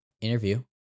interview